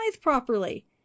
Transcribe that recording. properly